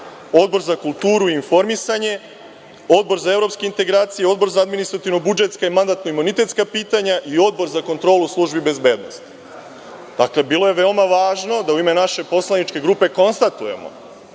Odbor za kulturu i informisanje, Odbor za evropske integracije, Odbor za administrativno-budžetska i mandatno-imunitetska pitanja i Odbor za kontrolu službi bezbednosti. Dakle, bilo je veoma važno da u ime naše poslaničke grupe konstatujemo